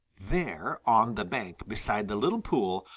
there, on the bank beside the little pool,